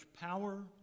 power